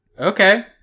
Okay